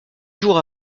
jours